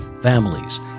families